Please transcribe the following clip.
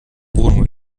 wohnung